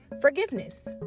forgiveness